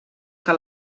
que